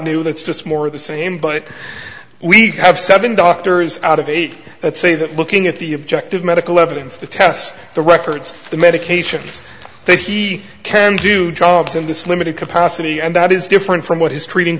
new that's just more of the same but we have seven doctors out of eight that say that looking at the objective medical evidence the tests the records the medications that he can do jobs in this limited capacity and that is different from what his treating